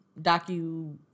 Docu